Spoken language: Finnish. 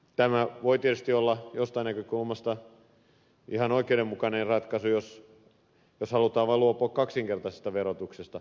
tämä voi tietysti olla jostain näkökulmasta ihan oikeudenmukainen ratkaisu jos halutaan vain luopua kaksinkertaisesta verotuksesta